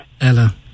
Ella